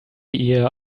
ihr